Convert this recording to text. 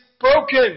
broken